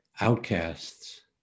outcasts